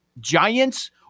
Giants